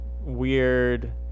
weird